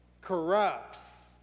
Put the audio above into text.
corrupts